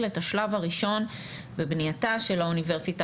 את השלב הראשון בבנייתה של האוניברסיטה,